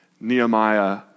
Nehemiah